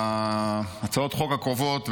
בהצעות החוק הקרובות,